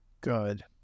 Good